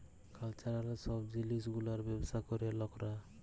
cultural সব জিলিস গুলার ব্যবসা ক্যরে লকরা